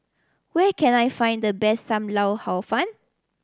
where can I find the best Sam Lau Hor Fun